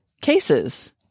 cases